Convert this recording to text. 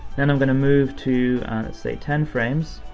then i'm gonna move to say ten frames,